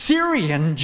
Syrian